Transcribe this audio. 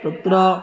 तत्र